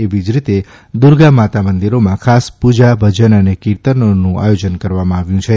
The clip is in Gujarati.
એવી જ રીતે દુર્ગા માતા મંદિરોમાં ખાસ પૂજા ભજન અને કિર્તનોનું આથોજન કરવામાં આવ્યા છે